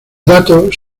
datos